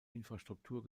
infrastruktur